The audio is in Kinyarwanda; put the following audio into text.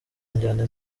njyana